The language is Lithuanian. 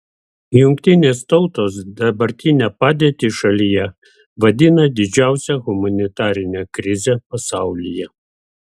jt dabartinę padėtį šalyje vadina didžiausia humanitarine krize pasaulyje